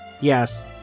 Yes